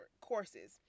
courses